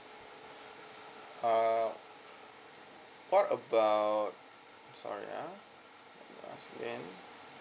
uh what about sorry ah